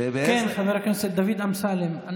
כן, חבר הכנסת דוד אמסלם.